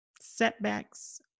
Setbacks